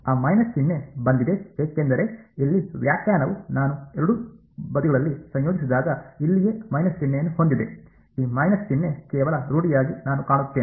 ಆ ಮೈನಸ್ ಚಿಹ್ನೆ ಬಂದಿದೆ ಏಕೆಂದರೆ ಇಲ್ಲಿ ವ್ಯಾಖ್ಯಾನವು ನಾನು ಎರಡೂ ಬದಿಗಳಲ್ಲಿ ಸಂಯೋಜಿಸಿದಾಗ ಇಲ್ಲಿಯೇ ಮೈನಸ್ ಚಿಹ್ನೆಯನ್ನು ಹೊಂದಿದೆ ಈ ಮೈನಸ್ ಚಿಹ್ನೆ ಕೇವಲ ರೂಢಿಯಾಗಿ ನಾನು ಕಾಣುತ್ತೇನೆ